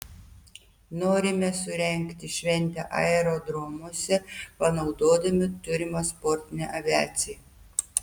norime surengti šventę aerodromuose panaudodami turimą sportinę aviaciją